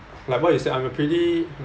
like what you said I am a pretty